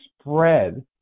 spread